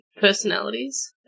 personalities